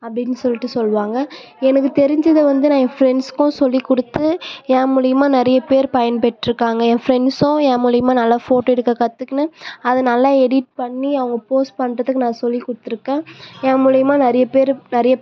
அப்படினு சொல்லிட்டு சொல்வாங்க எனக்கு தெரிஞ்சதை வந்து நான் என் ஃப்ரெண்ட்ஸுக்கும் சொல்லிக்கொடுத்து ஏன் மூலியமாக நிறைய பேர் பயன் பெற்று இருக்காங்க ஏன் ஃப்ரெண்ட்ஸும் ஏன் மூலையமாக நல்லா ஃபோட்டோ எடுக்க கற்றுக்கினு அது நல்லா எடிட் பண்ணி அவங்க போஸ்ட் பண்ணுறதுக்கு நான் சொல்லிக்கொடுத்துருக்கேன் ஏன் மூலையமாக நிறைய பேர் நிறைய